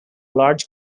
large